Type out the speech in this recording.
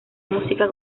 música